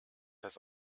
das